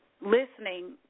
listening